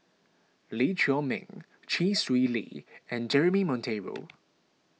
Lee Chiaw Meng Chee Swee Lee and Jeremy Monteiro